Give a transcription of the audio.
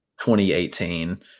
2018